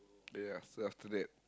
yeah after after that